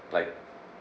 like